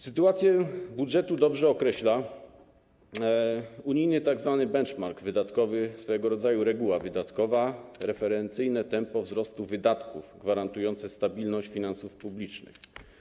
Sytuację budżetu dobrze określa unijny tzw. benchmark wydatkowy, swojego rodzaju reguła wydatkowa, czyli referencyjne tempo wzrostu wydatków gwarantujące stabilność finansów publicznych.